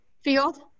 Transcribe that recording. field